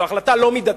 זו החלטה לא מידתית.